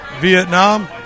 Vietnam